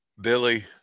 Billy